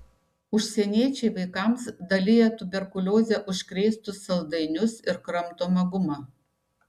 užsieniečiai vaikams dalija tuberkulioze užkrėstus saldainius ir kramtomą gumą